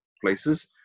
places